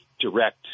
direct